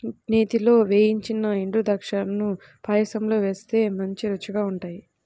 నేతిలో వేయించిన ఎండుద్రాక్షాలను పాయసంలో వేస్తే మంచి రుచిగా ఉంటాయి